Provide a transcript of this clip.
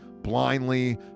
Blindly